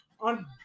On